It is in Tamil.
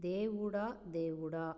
தேவுடா தேவுடா